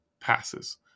passes